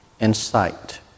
insight